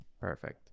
Perfect